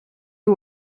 who